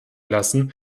lassen